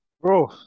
Bro